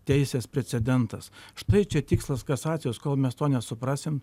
teisės precedentas štai čia tikslas kasacijos kol mes to nesuprasim